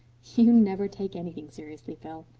you never take anything seriously, phil.